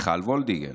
מיכל וולדיגר.